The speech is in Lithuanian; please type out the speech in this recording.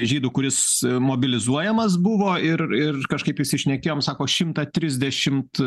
žydu kuris mobilizuojamas buvo ir ir kažkaip išsišnekėjom sako šimtą trisdešimt